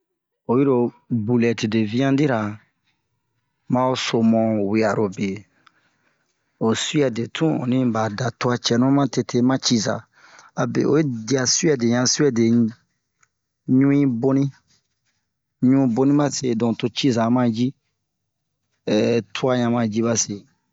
oyiro bulɛti de viyandi-ra ma ho somon we'arobe ho Suwɛde tun ɓa da tuwa cɛnu matete ma ciza abe oyi diya Suwɛde Suwɛde ɲu'in boni ɲu boni ɓase donk to ciza ma ji tuwa ɲan ma ji ɓase